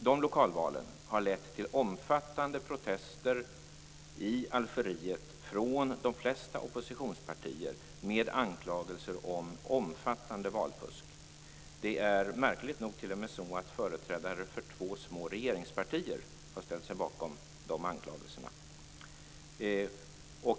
Dessa lokalval har lett till stora protester i Algeriet från de flesta oppositionspartier. De har framfört anklagelser om omfattande valfusk. Märkligt nog har t.o.m. företrädare för två små regeringspartier ställt sig bakom dessa anklagelser.